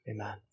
Amen